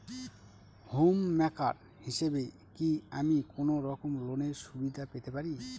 Home maker হিসেবে কি আমি কোনো রকম লোনের সুবিধা পেতে পারি?